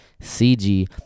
CG